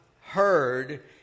heard